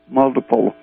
multiple